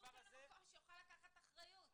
תשחררו אותם למקום שיוכל לקחת אחריות.